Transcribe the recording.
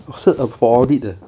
oh 是 for audit 的